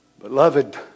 beloved